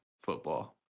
football